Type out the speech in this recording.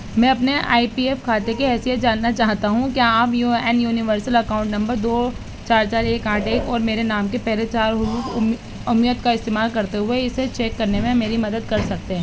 میں اپنے I P F کھاتے کی حیثیت جاننا چاہتا ہوں کیا آپ U N universal account number دو چار چار ایک آٹھ ایک اور میرے نام کے پہلے چار حروف امیت کا استعمال کرتے ہوئے اسے چیک کرنے میں میری مدد کر سکتے ہیں